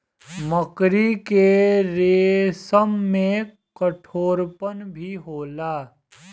मकड़ी के रेसम में कठोरपन भी होला